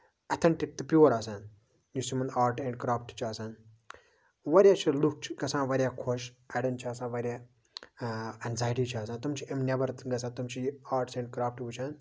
authentic تہٕ pure آسان یُس یِمَن آرٹ اینڈ کرافٹ چھُ آسان واریاہ چھِ لُکھ چھِ گژھان واریاہ خۄش اَڈٮ۪ن چھِ آسان واریاہ اینزایٹی چھےٚ آسان تِم چھِ اَمہِ نیبر تہِ گژھان تِم چھِ یہِ آرٹٔس اینڈ کرافٹٔس وٕچھان